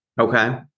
Okay